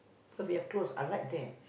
because we are close I like that